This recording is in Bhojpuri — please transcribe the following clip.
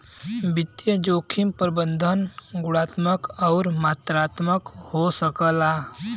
वित्तीय जोखिम प्रबंधन गुणात्मक आउर मात्रात्मक हो सकला